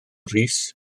rees